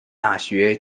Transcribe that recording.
大学